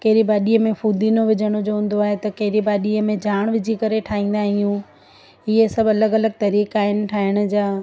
कहिड़ी भाॼीअ में पुदिनो विझण जो हूंदो आहे त कहिड़ी भाॼीअ में जाण विझी करे ठाहींदा आहियूं इहे सभु अलॻि अलॻि तरीक़ा आहिनि ठाहिण जा